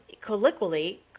colloquially